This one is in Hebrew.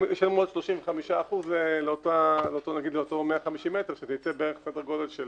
הם ישלמו עוד 35% לאותם 150 מטר, שזה סדר גדול של